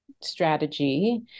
strategy